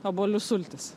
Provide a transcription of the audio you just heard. obuolių sultis